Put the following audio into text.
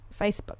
Facebook